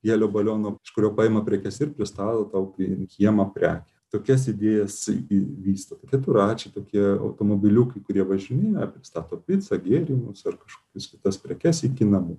helio baliono iš kurio paima prekes ir pristato tau į kiemą prekę tokias idėjas vysto keturračiai tokie automobiliukai kurie važinėja pristato picą gėrimus ar kažkokias kitas prekes iki namų